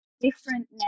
different